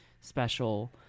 special